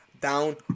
down